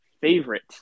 favorite